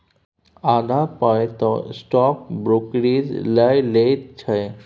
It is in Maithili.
आधा पाय तँ स्टॉक ब्रोकरेजे लए लैत छै